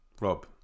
Rob